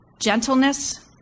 gentleness